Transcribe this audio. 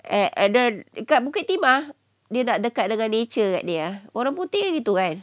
and and then dekat bukit timah dia nak dekat dengan nature agaknya orang putih gitu kan